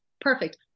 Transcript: perfect